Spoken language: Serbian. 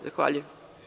Zahvaljujem.